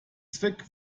zweck